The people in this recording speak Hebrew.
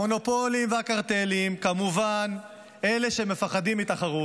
המונופולים והקרטלים, כמובן, אלה שמפחדים מתחרות,